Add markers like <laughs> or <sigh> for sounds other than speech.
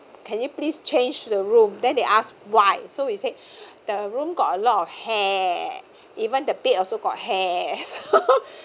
can you please change the room then they asked why so we said the room got a lot of hair even the bed also got hair so <laughs>